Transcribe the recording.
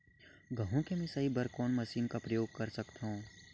गहूं के मिसाई बर मै कोन मशीन कर प्रयोग कर सकधव?